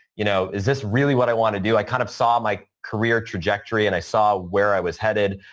you know is this really what i want to do? i kind of saw my career trajectory and i saw where i was headed.